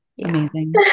Amazing